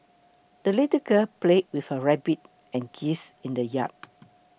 the little girl played with her rabbit and geese in the yard